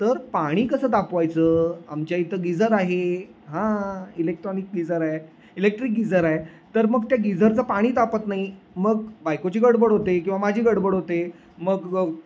तर पाणी कसं तापवायचं आमच्या इथं गिजर आहे हा इलेक्ट्रॉनिक गिझर आहे इलेक्ट्रिक गिझर आहे तर मग त्या गिझरचं पाणी तापत नाही मग बायकोची गडबड होते किंवा माझी गडबड होते मग